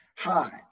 Hi